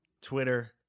Twitter